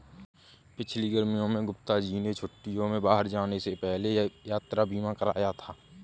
पिछली गर्मियों में गुप्ता जी ने छुट्टियों में बाहर जाने से पहले यात्रा बीमा कराया था